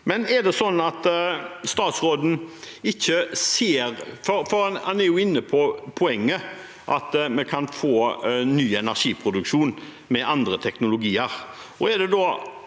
denne. Er det slik at statsråden ikke ser – for han er jo inne på poenget – at vi kan få ny energiproduksjon med andre teknologier?